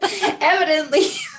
evidently